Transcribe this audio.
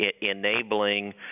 enabling